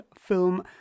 film